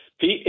Pete